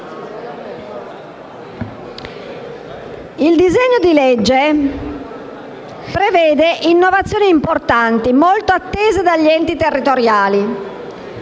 Il disegno di legge prevede innovazioni importanti, molto attese dagli enti territoriali.